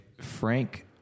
Frank